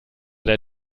der